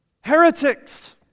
heretics